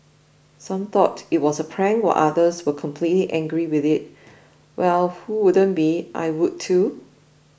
some thought it was a prank while others were completed angry with us well who wouldn't be I would too